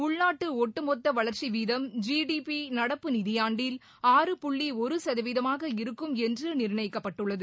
உள்நாட்டு ஓட்டுமொத்த வளர்ச்சி வீதம் ஜி டி பி நடப்பு நிதியாண்டில் ஆறு புள்ளி ஒரு சதவீதமாக இருக்கும் என்று நிர்ணயிக்கப்பட்டுள்ளது